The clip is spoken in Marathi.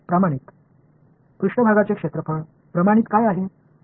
प्रमाणित पृष्ठभागाचे क्षेत्रफळ प्रमाणित काय आहे